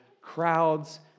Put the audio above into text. crowds